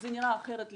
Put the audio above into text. זה נראה אחרת לגמרי,